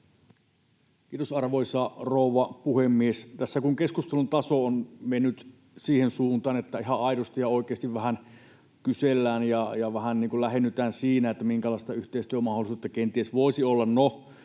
Kiitos, arvoisa rouva puhemies! Tässä kun keskustelun taso on mennyt siihen suuntaan, että ihan aidosti ja oikeasti vähän kysellään ja vähän lähennytään siinä, minkälaista yhteistyömahdollisuutta kenties voisi olla: